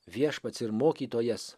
viešpats ir mokytojas